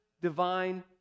divine